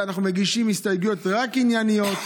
אנחנו מגישים רק הסתייגויות ענייניות.